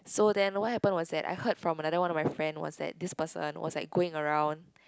so then what happened was that I heard from another one of my friend was that this person was like going around